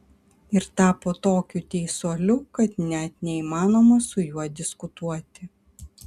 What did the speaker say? ir tapo tokiu teisuoliu kad net neįmanoma su juo diskutuoti